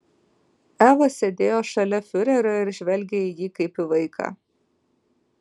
eva sėdėjo šalia fiurerio ir žvelgė į jį kaip į vaiką